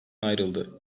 ayrıldı